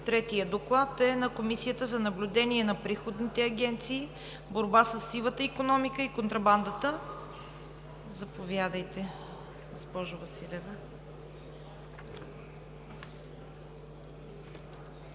Третият доклад е на Комисията за наблюдение на приходните агенции, борба със сивата икономика и контрабандата. Заповядайте, госпожо Василева.